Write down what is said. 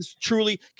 truly